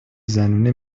زنونه